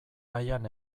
aian